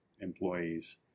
employees